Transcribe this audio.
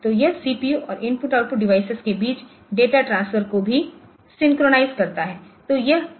तो यह CPU और IO डिवाइस के बीच डेटा ट्रांसफर को भी सिंक्रोनाइज़ करता है